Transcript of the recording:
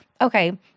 okay